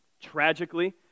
Tragically